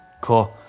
Cool